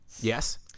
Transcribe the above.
Yes